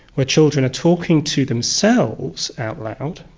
where children are talking to themselves out loud,